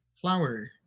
flower